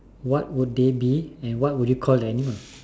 what would they be and what would you call the animal